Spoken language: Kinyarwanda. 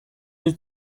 iri